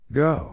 go